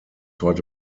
heute